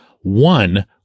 One